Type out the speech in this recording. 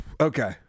Okay